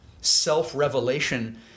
self-revelation